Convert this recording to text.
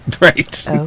Right